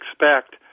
expect